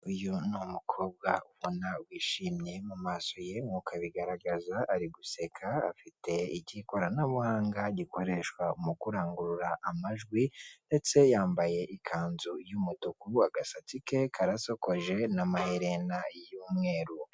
Uyu ni umukobwa ubona wishimye mu maso ye nk'uko abigaragaza ari guseka, afite icy'ikoranabuhanga gikoreshwa mu kurangurura amajwi, ndetse yambaye ikanzu y'umutuku, agasatsi ke karasokoje n'amaherena y'umweru.